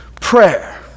Prayer